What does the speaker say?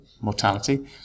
mortality